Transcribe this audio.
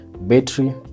Battery